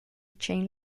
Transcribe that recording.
chain